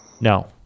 No